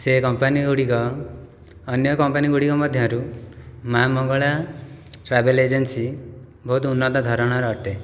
ସେ କମ୍ପାନୀଗୁଡ଼ିକ ଅନ୍ୟ କମ୍ପାନୀଗୁଡ଼ିକ ମଧ୍ୟରୁ ମା' ମଙ୍ଗଳା ଟ୍ରାଭେଲ୍ ଏଜେନ୍ସି ବହୁତ ଉନ୍ନତଧରଣର ଅଟେ